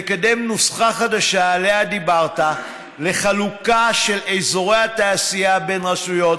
לקדם נוסחה חדשה שעליה דיברת לחלוקה של אזורי התעשייה בין רשויות,